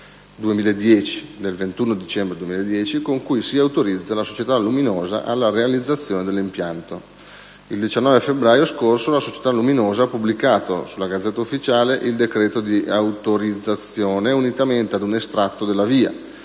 del 21 dicembre 2010, con cui si autorizza la società Luminosa alla realizzazione dell'impianto in oggetto. Il 19 febbraio scorso, la società Luminosa ha pubblicato sulla *Gazzetta Ufficiale* il decreto di autorizzazione, unitamente ad un estratto della VIA